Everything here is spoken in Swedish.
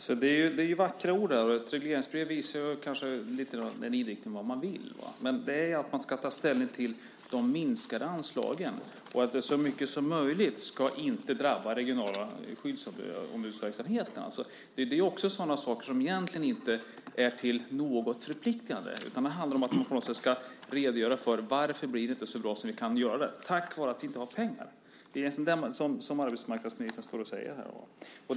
Fru talman! Det är vackra ord. Ett regleringsbrev visar kanske lite av inriktningen, vad man vill. Man ska ta ställning till de minskade anslagen, och det ska drabba den regionala skyddsombudsverksamheten så lite som möjligt. Det är sådana saker som egentligen inte är till något förpliktande. Det handlar om att man på något sätt ska redogöra för varför det inte blir så bra som man kan göra det, på grund av att man inte har pengar. Det är det som arbetsmarknadsministern står här och säger.